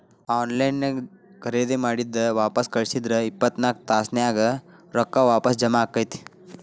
on line ನ್ಯಾಗ್ ಖರೇದಿ ಮಾಡಿದ್ ವಾಪಸ್ ಕಳ್ಸಿದ್ರ ಇಪ್ಪತ್ನಾಕ್ ತಾಸ್ನ್ಯಾಗ್ ರೊಕ್ಕಾ ವಾಪಸ್ ಜಾಮಾ ಆಕ್ಕೇತಿ